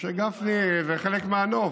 משה גפני זה חלק מהנוף.